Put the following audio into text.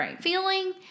feeling